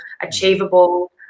achievable